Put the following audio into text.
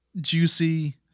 juicy